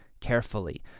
carefully